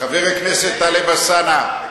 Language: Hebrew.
חבר הכנסת טלב אלסאנע,